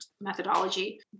methodology